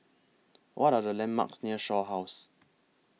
What Are The landmarks near Shaw House